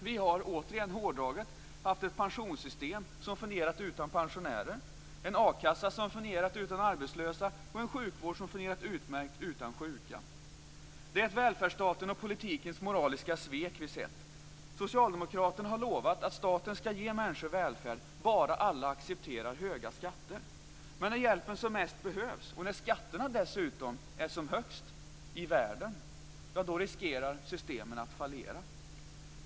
Vi har återigen hårdraget haft ett pensionssystem som fungerat utan pensionärer, en a-kassa som fungerat utan arbetslösa och en sjukvård som fungerat utmärkt utan sjuka. Det är ett välfärdsstatens och politikens moraliska svek vi sett. Socialdemokraterna har lovat att staten skall ge människor välfärd, bara alla accepterar höga skatter. Men när hjälpen som mest behövs och när skatterna dessutom är som högst i världen, riskerar systemen att fallera.